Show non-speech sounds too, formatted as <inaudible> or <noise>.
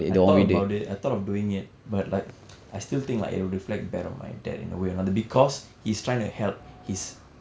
I thought about it I thought of doing it but like <noise> I still think like it will reflect bad on my dad in a way அது:athu because he's trying to help his